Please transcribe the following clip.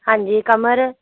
ਹਾਂਜੀ ਕਮਰ